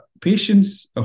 patients